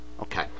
Okay